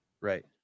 right